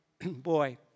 boy